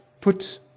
put